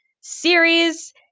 series